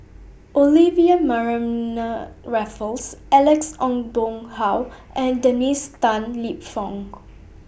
Olivia Mariamne Raffles Alex Ong Boon Hau and Dennis Tan Lip Fong